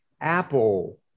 Apple